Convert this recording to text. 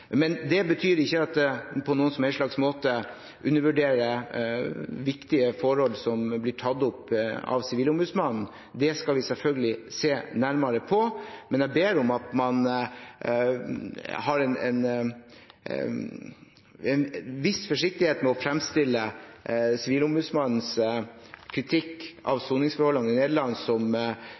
Men det betyr ikke at jeg på noen som helst slags måte undervurderer viktige forhold som blir tatt opp av Sivilombudsmannen. Det skal vi selvfølgelig se nærmere på. Men jeg ber om at man har en viss forsiktighet med å fremstille Sivilombudsmannens kritikk av soningsforholdene i Nederland som